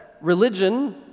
religion